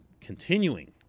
continuing